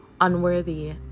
unworthy